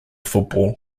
football